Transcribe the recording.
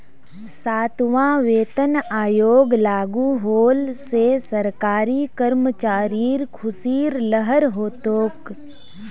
सातवां वेतन आयोग लागू होल से सरकारी कर्मचारिर ख़ुशीर लहर हो तोक